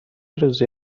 روزی